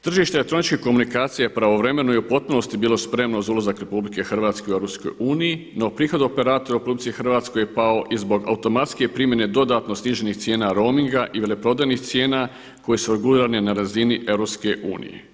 Tržište elektroničkih komunikacija je pravovremeno i u potpunosti bilo spremno za ulazak Republike Hrvatske u EU no prihod operatora u RH je pao i zbog automatske primjene dodatno sniženih cijena roominga i veleprodajnih cijena koje su regulirane na razini EU.